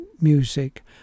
music